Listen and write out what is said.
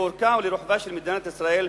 לאורכה ולרוחבה של מדינת ישראל,